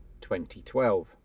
2012